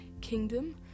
kingdom